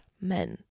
men